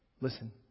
Listen